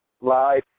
live